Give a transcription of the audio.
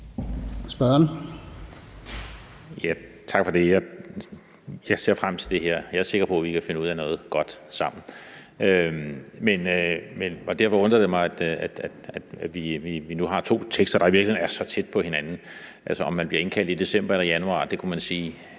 Bach (V): Tak for det. Jeg ser frem til det her. Jeg er sikker på, at vi kan finde ud af noget godt sammen. Derfor undrer det mig, at vi nu har to vedtagelsestekster, der i virkeligheden er så tæt på hinanden. Altså, det med, om man bliver indkaldt i december eller januar, kunne vi